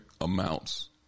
amounts